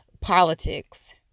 politics